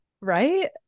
Right